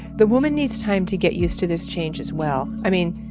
the woman needs time to get used to this change as well. i mean,